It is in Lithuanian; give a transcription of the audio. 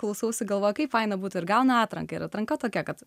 klausausi galvoju kaip faina būtų ir gauna atranką ir atranka tokia kad